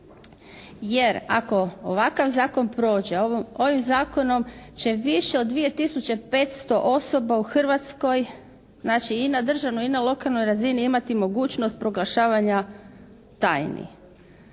Jer, ako ovakav zakon prođe ovim zakonom će više od 2 tisuće 500 osoba u Hrvatskoj, znači i na državnoj i na lokalnoj razini imati mogućnost proglašavanja tajni.